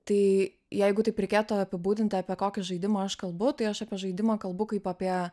tai jeigu taip reikėtų apibūdinti apie kokį žaidimą aš kalbu tai aš apie žaidimą kalbu kaip apie